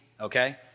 okay